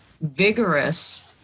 vigorous